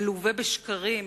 מלווה בשקרים.